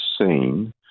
seen